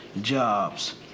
jobs